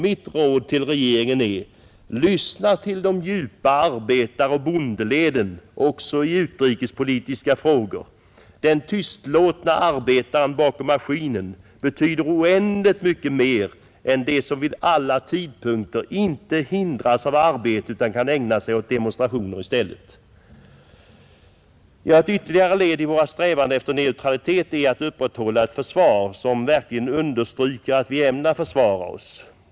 Mitt råd till regeringen är: Lyssna till de djupa arbetaroch bondeleden också i utrikespolitiska frågor. Den tystlåtne arbetaren bakom maskinen betyder oändligt mycket mera än de som vid alla tidpunkter inte hindras av arbete utan kan ägna sig åt demonstrationer i stället. Ett ytterligare led i vår strävan efter neutralitet är att upprätthålla ett försvar som verkligen understryker att vi ämnar försvara oss.